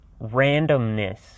randomness